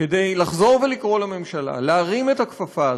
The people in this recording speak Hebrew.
כדי לחזור ולקרוא לממשלה להרים את הכפפה הזאת.